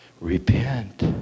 repent